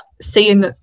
seeing